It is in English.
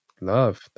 Love